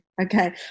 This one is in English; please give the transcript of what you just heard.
Okay